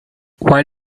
why